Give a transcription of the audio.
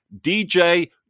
DJ